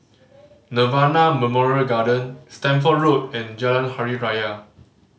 Nirvana Memorial Garden Stamford Road and Jalan Hari Raya